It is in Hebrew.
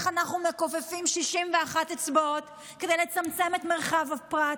איך אנחנו מכופפים 61 אצבעות כדי לצמצם את מרחב הפרט.